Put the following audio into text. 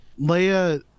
Leia